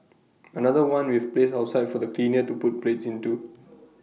another one we've placed outside for the cleaner to put plates into